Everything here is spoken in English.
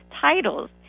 titles